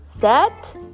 set